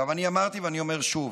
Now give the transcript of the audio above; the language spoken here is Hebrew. אני אמרתי ואני אומר שוב,